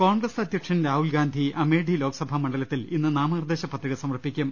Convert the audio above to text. കോൺഗ്രസ് അധ്യക്ഷൻ രാഹുൽഗാന്ധി അമേഠി ലോക്സഭാ മണ്ഡ ലത്തിൽ ഇന്ന് നാമനിർദേശ പത്രിക സമർപ്പിക്കും